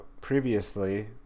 previously